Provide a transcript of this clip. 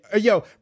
Yo